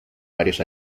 varios